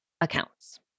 accounts